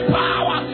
power